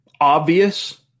obvious